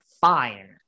fine